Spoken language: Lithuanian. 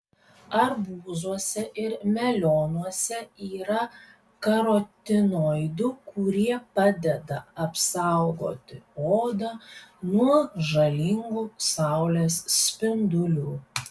arbūzuose ir melionuose yra karotinoidų kurie padeda apsaugoti odą nuo žalingų saulės spindulių